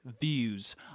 views